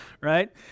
right